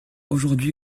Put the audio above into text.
aujourd’hui